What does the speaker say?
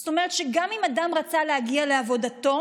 זאת אומרת שגם אם אדם רצה להגיע לעבודתו,